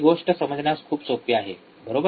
हि गोष्ट समजण्यास खूप सोपे आहे बरोबर